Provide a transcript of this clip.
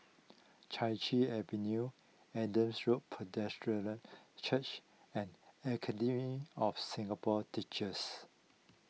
Chai Chee Avenue Adam Road Presbyterian Church and Academy of Singapore Teachers